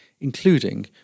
including